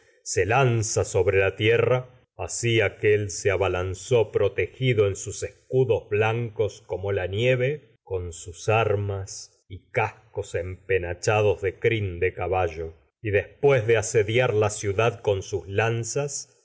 se lanza sobre la tierra así sus aquél como abalanzó nieve con protegido en sus y escudos blancos empenachados armas y cascos de crin de caballo después de asediar la ciudad con sus lanzas